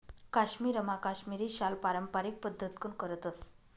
काश्मीरमा काश्मिरी शाल पारम्पारिक पद्धतकन करतस